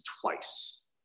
twice